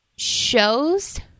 shows